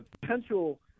potential